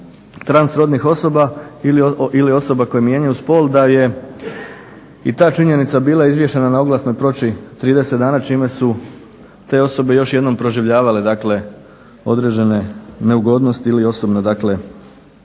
trans rodnih osoba ili osoba koje mijenjaju spol da je i ta činjenica bila izvješena na oglasnoj ploči 30 dana čime su te osobe još jednom proživljavale, dakle određene neugodnosti ili osobne